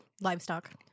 Livestock